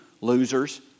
losers